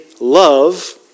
love